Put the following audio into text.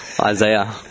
Isaiah